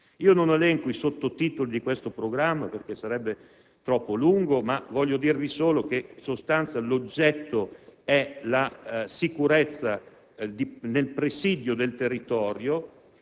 Non elenco i sottotitoli di questo programma perché sarebbe troppo lungo, ma voglio dirvi solo che in sostanza l'oggetto è la sicurezza nel presidio del territorio